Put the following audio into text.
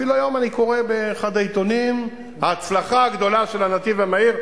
ואפילו היום אני קורא באחד העיתונים: ההצלחה הגדולה של הנתיב המהיר,